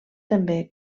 també